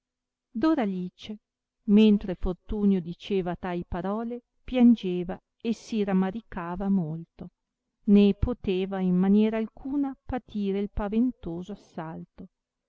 vita doralice mentre fortunio diceva tai parole piangeva e si ramaricava molto né poteva in maniera alcuna patire il paventoso assalto